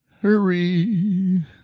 Hurry